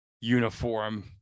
uniform